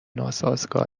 ناسازگار